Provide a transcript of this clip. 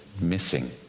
missing